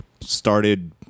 started